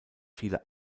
viele